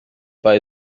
pas